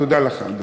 תודה לך, אדוני.